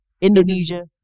Indonesia